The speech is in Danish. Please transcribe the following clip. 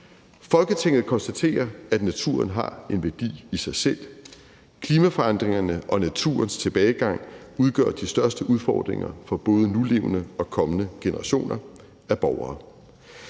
»Folketinget konstaterer, at naturen har en værdi i sig selv. Klimaforandringerne og naturens tilbagegang udgør de største udfordringer for både nulevende og kommende generationer af borgere.